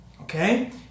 okay